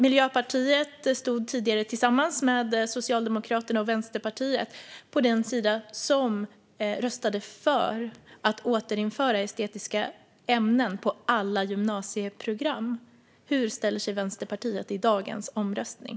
Miljöpartiet stod tidigare tillsammans med Socialdemokraterna och Vänsterpartiet på den sida som röstade för att återinföra estetiska ämnen på alla gymnasieprogram. Hur ställer sig Vänsterpartiet i dagens omröstning?